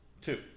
Two